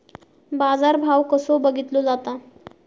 बाजार भाव कसो बघीतलो जाता?